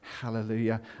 Hallelujah